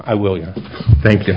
i will you thank you